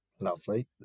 Lovely